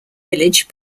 village